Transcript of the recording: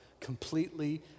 completely